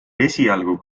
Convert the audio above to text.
esialgu